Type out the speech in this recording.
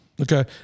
Okay